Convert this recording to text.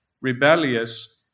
rebellious